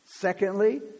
Secondly